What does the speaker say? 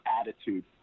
attitude